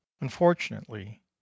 Unfortunately